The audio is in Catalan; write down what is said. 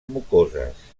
mucoses